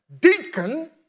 deacon